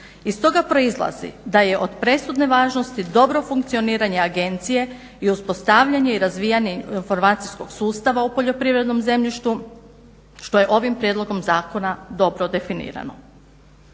Iz toga proizlazi da je od presudne važnosti dobro funkcioniranje agencije i uspostavljanje razvijanje informacijskih sustava u poljoprivrednom zemljištu što je ovim prijedlogom zakona dobro definirano.